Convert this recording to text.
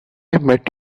met